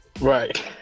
Right